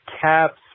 Caps